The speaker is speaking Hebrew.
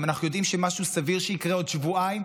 אז אם אנחנו יודעים שיש משהו שסביר שיקרה בעוד שבועיים,